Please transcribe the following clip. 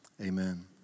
Amen